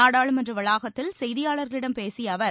நாடாளுமன்ற வளாகத்தில் செய்தியாளர்களிடம் பேசிய அவர்